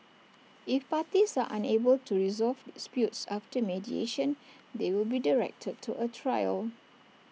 if parties are unable to resolve disputes after mediation they will be directed to A trial